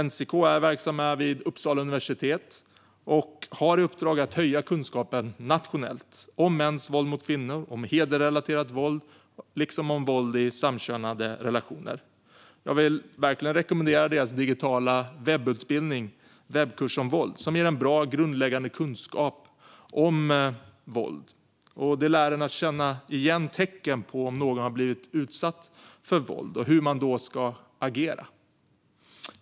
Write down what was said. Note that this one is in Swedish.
NCK verkar vid Uppsala universitet och har i uppdrag att höja kunskapen nationellt sett om mäns våld mot kvinnor, hedersrelaterat våld och våld i samkönade relationer. Jag vill verkligen rekommendera deras digitala utbildning kallad Webbkurs om våld , som ger bra och grundläggande kunskap om våld. Det lär en att känna igen tecken på om någon har blivit utsatt för våld och hur man då ska agera.